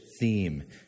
theme